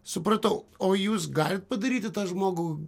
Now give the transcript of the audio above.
supratau o jūs galit padaryti tą žmogų